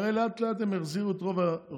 הרי לאט-לאט הם יחזירו את רוב המשרדים,